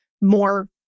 more